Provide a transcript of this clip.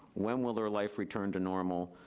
when will their life return to normal,